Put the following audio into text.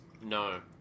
No